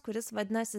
kuris vadinasi